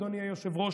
אדוני היושב-ראש,